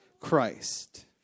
Christ